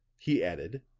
he added,